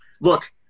Look